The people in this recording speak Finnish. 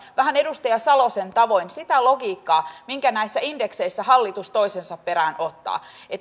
vähän edustaja salosen tavoin sitä logiikkaa minkä näissä indekseissä hallitus toisensa perään ottaa